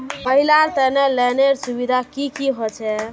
महिलार तने लोनेर सुविधा की की होचे?